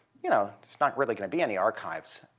you know there's not really going to be any archives